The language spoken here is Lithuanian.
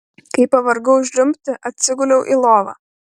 kai pavargau žliumbti atsiguliau į lovą